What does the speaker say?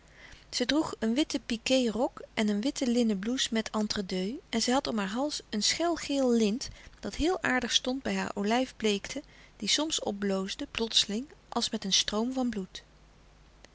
zij droeg een witte piqué rok en een witte linnen blouse met entredeux en zij had om haar hals een schelgeel lint dat heel aardig stond bij haar olijfbleekte die soms opbloosde plotseling als met een stroom van bloed